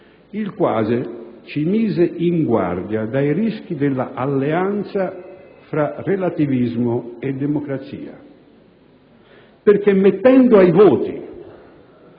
il quale ci mise in guardia dai rischi della alleanza tra relativismo e democrazia. Infatti, mettendo ai voti,